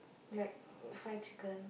like fried chicken